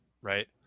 right